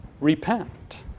Repent